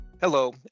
Hello